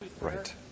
Right